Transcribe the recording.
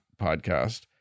podcast